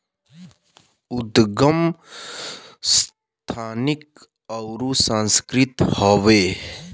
उदगम संस्थानिक अउर सांस्कृतिक हौ